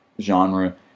genre